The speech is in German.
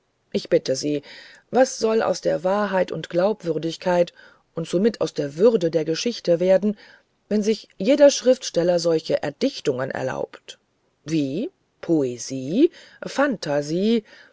ich bitte sie was soll aus der wahrheit und glaubwürdigkeit und somit aus der würde der geschichte werden wenn sich jeder schriftsteller solche erdichtungen erlaubt wie poesie fantasie